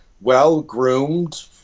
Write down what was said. well-groomed